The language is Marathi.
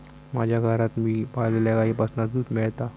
माज्या घरात मी पाळलल्या गाईंपासना दूध मेळता